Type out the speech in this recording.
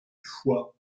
foie